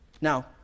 Now